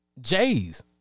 J's